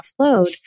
offload